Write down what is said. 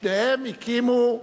שתיהן הקימו,